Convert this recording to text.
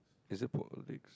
is it